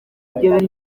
igihugu